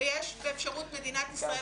יש באפשרות מדינת ישראל,